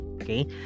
Okay